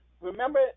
remember